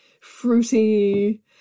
fruity